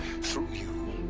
through you.